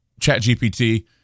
ChatGPT